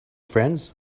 friends